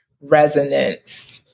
resonance